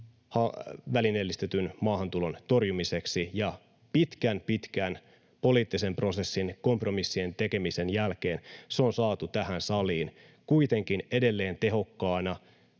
välineellistetyn maahantulon torjumiseksi, ja pitkän pitkän poliittisen prosessin ja kompromissien tekemisen jälkeen se on saatu tähän saliin kuitenkin edelleen tehokkaana